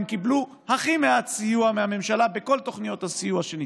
הם קיבלו הכי מעט סיוע מהממשלה בכל תוכניות הסיוע שניתנו.